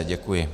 Děkuji.